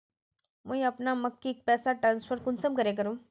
मुई अपना मम्मीक पैसा ट्रांसफर कुंसम करे करूम?